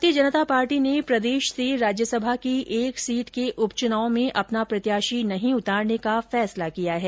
भारतीय जनता पार्टी ने प्रदेश से राज्य सभा की एक सीट के उप चुनाव में अपना प्रत्याशी नहीं उतारने का फैसला किया है